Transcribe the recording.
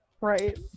right